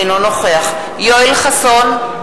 אינו נוכח יואל חסון,